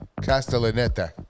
Castellaneta